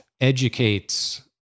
educates